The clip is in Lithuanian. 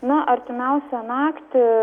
na artimiausią naktį